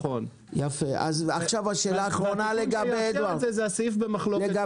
נכון, והתיקון שיאפשר את זה זה הסעיף במחלוקת.